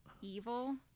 evil